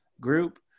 group